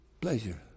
pleasure